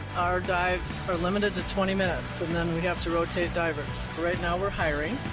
our dives are limited to twenty minutes and then we have to rotate divers. right now we're hiring.